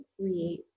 create